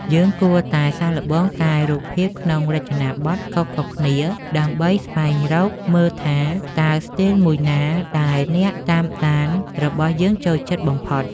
យើងគួរតែសាកល្បងកែរូបភាពក្នុងរចនាបថខុសៗគ្នាដើម្បីស្វែងរកមើលថាតើស្ទីលមួយណាដែលអ្នកតាមដានរបស់យើងចូលចិត្តបំផុត។